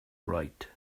right